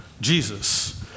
Jesus